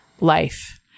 life